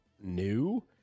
new